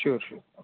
sure sure